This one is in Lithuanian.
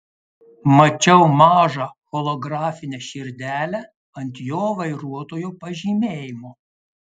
mačiau mažą holografinę širdelę ant jo vairuotojo pažymėjimo